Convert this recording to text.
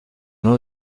nom